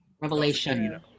Revelation